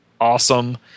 awesome